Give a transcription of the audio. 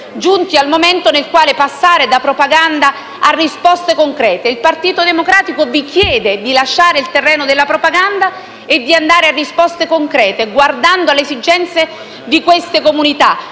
giunti al momento in cui passare dalla propaganda alle risposte concrete. Il Partito Democratico vi chiede di lasciare il terreno della propaganda e di fornire risposte concrete, guardando alle esigenze di queste comunità.